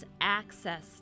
access